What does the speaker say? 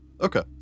Okay